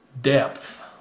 depth